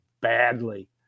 badly